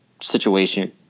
situation